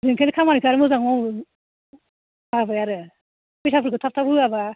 ओंखायनो खामानिखौ आरो मोजाङै माव मावाखै आरो फैसाफोरखौ थाब थाब होआबा